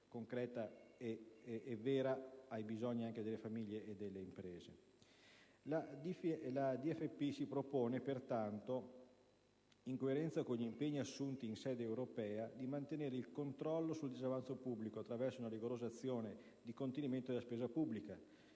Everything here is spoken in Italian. concreta e vera ai bisogni delle famiglie e delle imprese. La DFP si propone, pertanto, in coerenza con gli impegni assunti in sede europea, di mantenere il controllo sul disavanzo pubblico attraverso una rigorosa azione di contenimento della spesa pubblica,